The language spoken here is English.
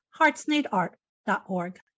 heartsneedart.org